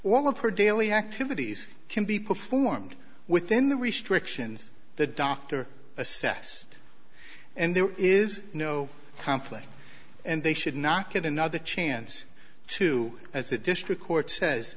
all of her daily activities can be performed within the restrictions the doctor assess and there is no conflict and they should not get another chance to as the district court says